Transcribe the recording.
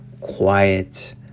quiet